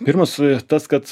pirmas tas kad